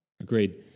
agreed